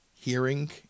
hearing